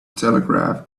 telegraph